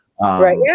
Right